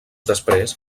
després